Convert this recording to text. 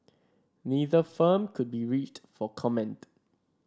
neither firm could be reached for comment